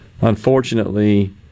unfortunately